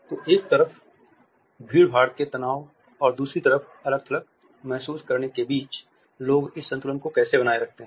तो एक तरफ भीड़ भाड़ के तनाव और दूसरी तरफ अलग थलग महसूस करने के बीच लोग इस संतुलन को कैसे बनाए रखते हैं